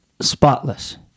spotless